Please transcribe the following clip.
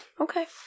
Okay